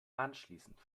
anschließend